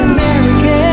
American